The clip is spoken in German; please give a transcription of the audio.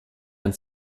ein